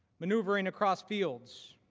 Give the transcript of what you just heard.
maneuvering across fields